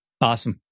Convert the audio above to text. Awesome